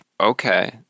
Okay